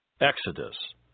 Exodus